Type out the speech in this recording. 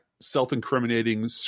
self-incriminating